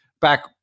back